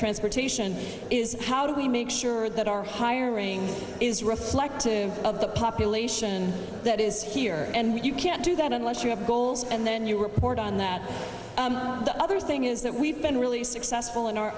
transportation is how do we make sure that our hiring is reflective of the population that is here and you can't do that unless you have goals and then you report on that the other thing is that we've been really successful in our